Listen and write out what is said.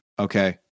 Okay